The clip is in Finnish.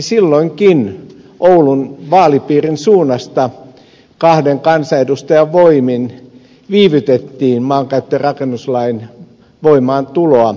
silloinkin oulun vaalipiirin suunnasta kahden kansanedustajan voimin viivytettiin maankäyttö ja rakennuslain voimaantuloa